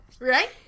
Right